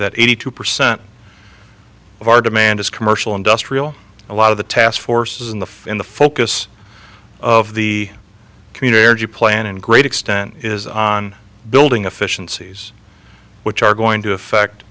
that eighty two percent of our demand is commercial industrial a lot of the task force is in the fin the focus of the community energy plan and great extent is on building a fission seas which are going to affect